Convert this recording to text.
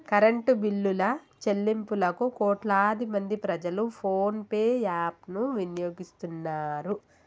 current బిల్లుల చెల్లింపులకు కోట్లాది మంది ప్రజలు ఫోన్ పే యాప్ ను వినియోగిస్తున్నరు